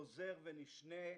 חוזר ונשנה,